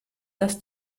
dass